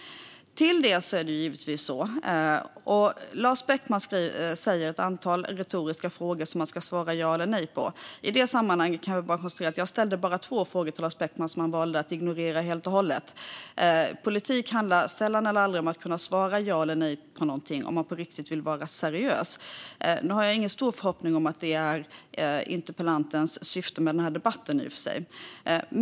Lars Beckman ställer ett antal retoriska frågor som man ska svara ja eller nej på. I det sammanhanget kan jag konstatera att jag ställde två frågor till Lars Beckman som han valde att helt och hållet ignorera. Politik handlar sällan eller aldrig om att kunna svara ja eller nej på någonting, om man på riktigt vill vara seriös. Nu har jag i och för sig ingen stor förhoppning om att det är interpellantens syfte med denna debatt.